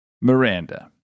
Miranda